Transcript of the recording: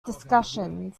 discussions